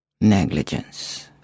Negligence